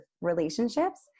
relationships